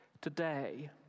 today